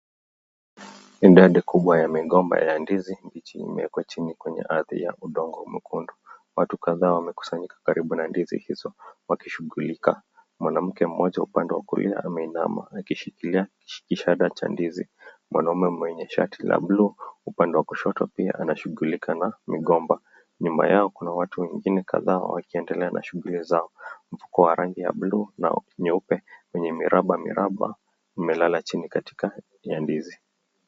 Idadi kubwa ya migomba ya ndizi mbichi imewekwa chini kwenye ardhi ya udongo mwekundu. Watu kadhaa wamekusanyika karibu na ndizi hizo wakishughulika. Mwanamke mmoja upande wa kulia ameinama akishikilia kishada cha ndizi. Mwanaume mwenye shati la blue upande wa kushoto pia anashughulika na migomba. Nyuma yao kuna watu wengine kadhaa wakiendelea na shughuli zao. Mfuko wa rangi ya blue na nyeupe wenye miraba miraba umelala chini katika ndizi.